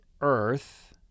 Earth